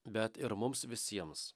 bet ir mums visiems